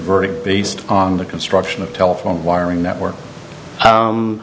verdict based on the construction of telephone wiring network